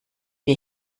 wir